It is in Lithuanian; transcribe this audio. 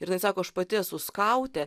ir jinai sako aš pati esu skautė